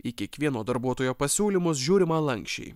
į kiekvieno darbuotojo pasiūlymus žiūrima lanksčiai